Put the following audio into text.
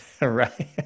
Right